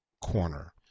corner